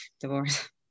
divorce